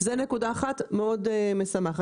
זאת הסיבה שהדיון הזה מתקיים.